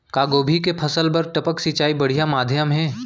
का गोभी के फसल बर टपक सिंचाई बढ़िया माधयम हे?